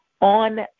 on